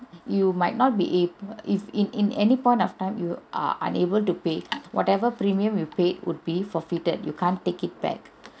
you might not be it if in in any point of time you are unable to pay whatever premium you paid would be forfeited you can't take it back